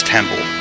Temple